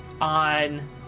on